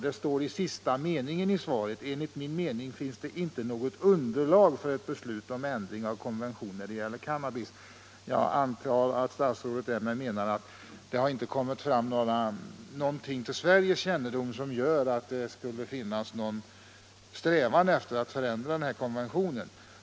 Det står i sista meningen i svaret: ”Enligt min mening finns det inte något underlag för ett beslut om ändring av konventionen när det gäller cannabis.” Jag antar att statsrådet därmed menar att det inte har kommit något till den svenska regeringens kännedom som tyder på att det skulle finnas någon strävan att ändra denna konvention.